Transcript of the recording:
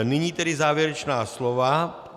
Nyní tedy závěrečná slova.